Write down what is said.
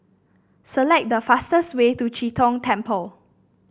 select the fastest way to Chee Tong Temple